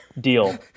Deal